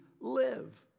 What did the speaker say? live